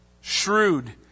shrewd